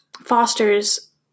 fosters